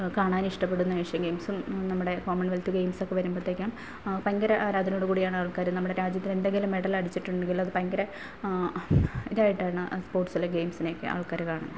കാണാൻ ഇഷ്ടപ്പെടുന്ന ഏഷ്യൻ ഗെയിംസും നമ്മുടെ കോമൺ വെൽത്ത് ഗെയിംസൊക്കെ വരുമ്പോഴത്തേക്കും ഭയങ്കര ആരാധനയോട് കൂടിയാണ് ആൾക്കാർ നമ്മുടെ രാജ്യത്തിന് എന്തെങ്കിലും മെഡൽ അടിച്ചിട്ടുണ്ടെങ്കിലത് ഭയങ്കര ഇതായിട്ടാണ് സ്പോർട്സിനെയും ഗെയിംസിനെയൊക്കെ ആൾക്കാർ കാണുന്നത്